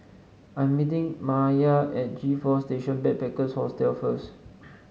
I am meeting Maiya at G Four Station Backpackers Hostel first